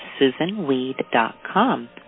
susanweed.com